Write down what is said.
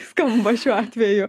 skamba šiuo atveju